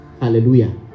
hallelujah